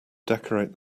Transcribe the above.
decorate